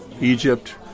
Egypt